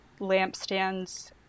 lampstands